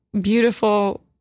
beautiful